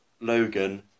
Logan